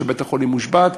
כשבית-החולים מושבת,